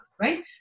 right